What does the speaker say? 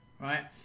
right